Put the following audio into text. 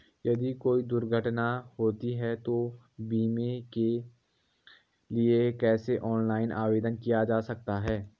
यदि कोई दुर्घटना होती है तो बीमे के लिए कैसे ऑनलाइन आवेदन किया जा सकता है?